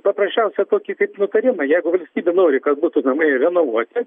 paprasčiausia tokį kaip nutarimą jeigu valstybė nori kad būtų namai renovuoti